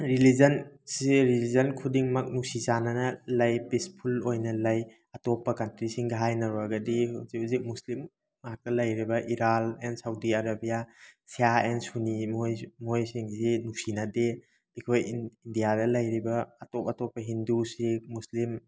ꯔꯤꯂꯤꯖꯟꯁꯤ religion ꯈꯨꯗꯤꯡꯃꯛ ꯅꯨꯡꯁꯤ ꯆꯥꯟꯅꯕ ꯂꯩ ꯄꯤꯁꯐꯨꯜ ꯑꯣꯏꯅ ꯂꯩ ꯑꯇꯣꯞꯄ ꯀꯟꯇ꯭ꯔꯤꯁꯤꯡꯒ ꯍꯥꯏꯅꯔꯨꯔꯒꯗꯤ ꯍꯧꯖꯤꯛ ꯍꯧꯖꯤꯛ ꯃꯨꯁꯂꯤꯝ ꯉꯥꯛꯇ ꯂꯩꯔꯤꯕ Iran and Saudi Arabia Shia and Sunni ꯃꯣꯏ ꯃꯣꯏꯁꯤꯡꯁꯤ ꯅꯨꯡꯁꯤꯅꯗꯦ ꯑꯩꯈꯣꯏ ꯏꯟꯗꯤꯌꯥꯗ ꯂꯩꯔꯤꯕ ꯑꯇꯣꯞ ꯑꯇꯣꯞꯄ ꯍꯤꯟꯗꯨꯁꯤꯡ ꯃꯨꯁꯂꯤꯝ